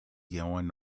going